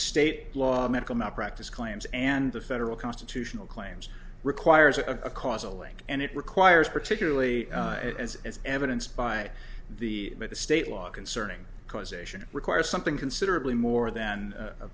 state law medical malpractise claims and the federal constitutional claims requires a causal link and it requires particularly as evidence by the state law concerning causation requires something considerably more than a